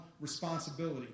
responsibility